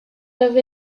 doivent